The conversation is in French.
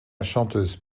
chanteuse